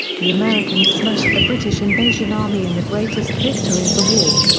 the americans smashed the british invasion army in the greatest victory of the war.